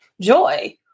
joy